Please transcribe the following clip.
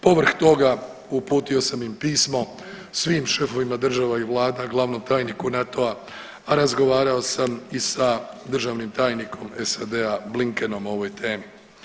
Povrh toga uputio sam im pismo svim šefovima država i vlada, glavnom tajniku NATO-a, a razgovarao sam i sa državnim tajnikom SAD-a Blinkenom o ovoj temi.